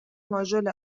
ماژول